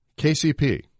KCP